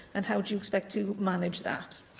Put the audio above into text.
and how do you expect to manage that?